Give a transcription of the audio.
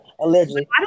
allegedly